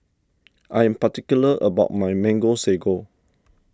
I am particular about my Mango Sago